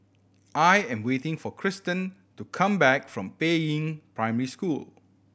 I am waiting for Christin to come back from Peiying Primary School